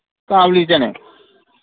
काबुली चने